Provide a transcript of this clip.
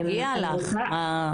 מגיע לך.